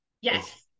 Yes